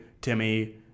Timmy